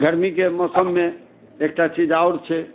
गरमीके मौसममे एकटा चीज आओर छै